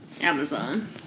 Amazon